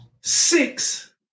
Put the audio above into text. six